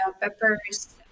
peppers